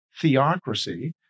theocracy